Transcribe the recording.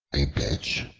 a bitch,